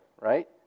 right